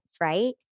right